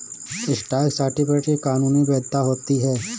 stock certificate की कानूनी वैधता होती है